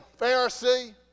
Pharisee